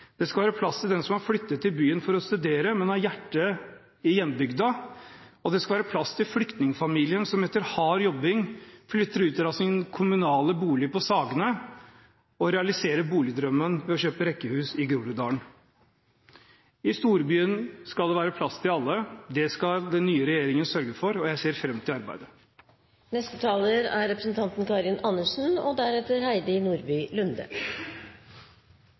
Det skal være plass til den som har flyttet til byen for å studere, men har hjertet i hjembygda, og det skal være plass til flyktningfamilien som etter hard jobbing flytter ut fra sin kommunale bolig på Sagene og realiserer boligdrømmen ved å kjøpe rekkehus i Groruddalen. I storbyen skal det være plass til alle. Det skal den nye regjeringen sørge for, og jeg ser fram til